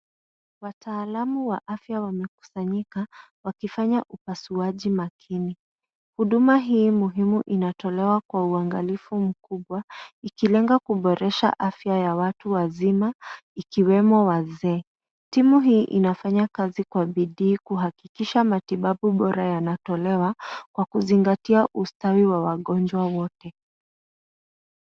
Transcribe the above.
Wataalamu wa afya wamekusanyika wakifanya upasuaji maalum. Huduma hii muhimu inatolewa kwa uangalifu mkubwa ikilenga kuimarisha afya ya watu wazima ikiwemo wazee. Timuu hii inafanya kazi kwa bidii kuhakikisha matibabu bora yanatolewa kwa kuzingatia ustawi wa wagonjwa wote.